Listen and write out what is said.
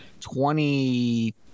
twenty